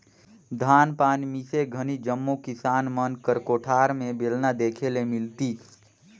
धान पान मिसे घनी जम्मो किसान मन कर कोठार मे बेलना देखे ले मिलतिस